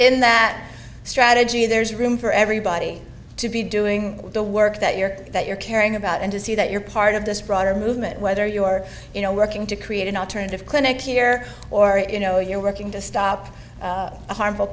within that strategy there's room for everybody to be doing the work that you're that you're caring about and to see that you're part of this broader movement whether you're you know working to create an alternative clinic here or you know you're working to stop a harmful